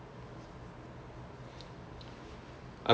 because I've never done physics in secondary school also